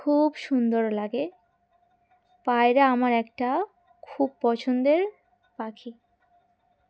খুব সুন্দর লাগে পায়রা আমার একটা খুব পছন্দের পাখি